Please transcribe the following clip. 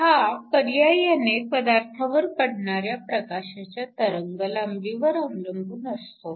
हा पर्यायाने पदार्थावर पडणाऱ्या प्रकाशाच्या तरंगलांबीवर अवलंबून असतो